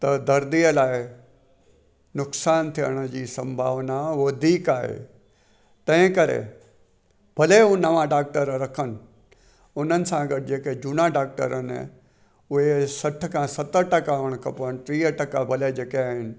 त दर्दी जे लाइ नुक़सान थियण जी संभावना वधीक आहे तंहिं करे भले हू नवां डाक्टर रखनि उन्हनि सां गॾु जेके झूना डाक्टर आहिनि उहे सठि खां सतरि टका हुअण खपनि टीह टका भले जेके आहिनि